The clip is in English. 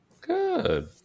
Good